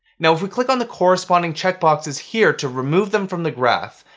now, if we click on the corresponding checkboxes here to remove them from the graph,